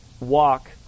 walk